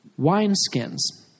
wineskins